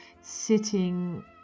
sitting